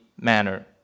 manner